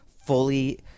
fully